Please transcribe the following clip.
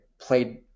played